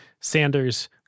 Sanders